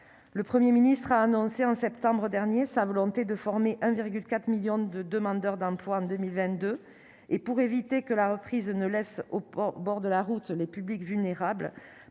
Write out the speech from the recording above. le 1er ministre a annoncé en septembre dernier, sa volonté de former un virgule 4 millions de demandeurs d'emploi en 2022, et pour éviter que la reprise ne laisse au port au bord de la route, les publics vulnérables